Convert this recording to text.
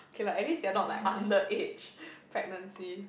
K lah at least they are not like underage pregnancy